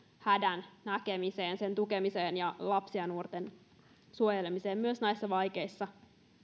hädän varautuu lapsien ja nuorten tukemiseen ja suojelemiseen myös näissä vaikeissa